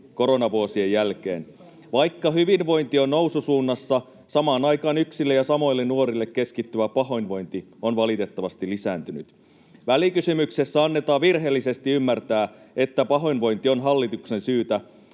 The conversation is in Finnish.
koronavuosien jälkeen. Vaikka hyvinvointi on noususuunnassa, samaan aikaan yksille ja samoille nuorille keskittyvä pahoinvointi on valitettavasti lisääntynyt. Välikysymyksessä annetaan virheellisesti ymmärtää, että pahoinvointi on hallituksen syytä,